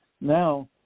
Now